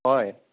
হয়